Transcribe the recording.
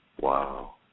Wow